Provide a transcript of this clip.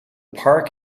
park